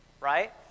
right